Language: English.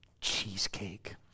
cheesecake